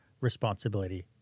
responsibility